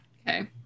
Okay